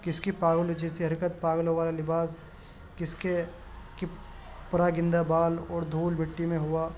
کہ اس کی پاگلوں جیسی حرکت پاگلوں والا لباس کہ اس کے پراگندہ بال اور دھول مٹی میں ہوا